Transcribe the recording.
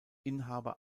inhaber